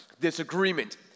disagreement